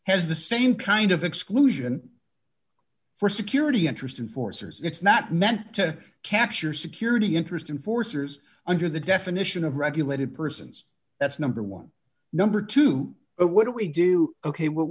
has the same kind of exclusion for security interest in forster's it's not meant to capture security interest in forcers under the definition of regulated persons that's number one number two what do we do ok